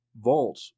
vault